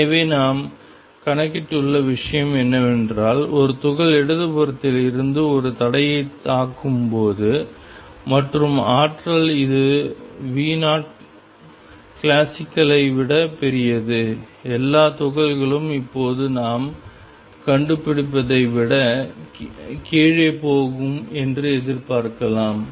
எனவே நாம் கணக்கிட்டுள்ள விஷயம் என்னவென்றால் ஒரு துகள் இடதுபுறத்தில் இருந்து ஒரு தடையைத் தாக்கும் போது மற்றும் ஆற்றல் இது V0 கிளாசிக்கலை விட பெரியது எல்லா துகள்களும் இப்போது நாம் கண்டுபிடிப்பதை விட கீழே போகும் என்று எதிர்பார்க்கிறோம்